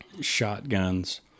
Shotguns